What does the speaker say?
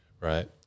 right